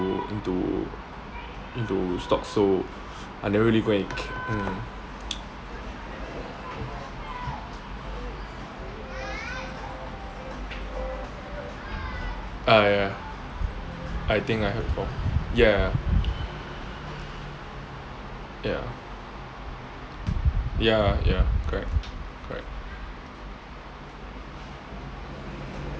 into into into stocks so I never really go and c~ ya ya I think I heard before ya ya ya ya correct correct